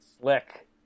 Slick